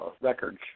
Records